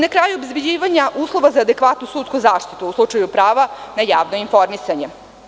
Na kraju obezbeđivanje uslova za adekvatnu sudsku zaštitu u slučaju prava na javno informisanje.